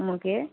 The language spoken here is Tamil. ம் ஓகே